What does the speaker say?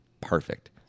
Perfect